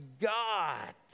God